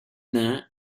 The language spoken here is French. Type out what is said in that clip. nain